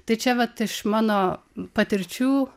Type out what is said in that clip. tai čia vat iš mano patirčių